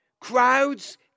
Crowds